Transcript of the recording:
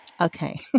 Okay